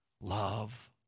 Love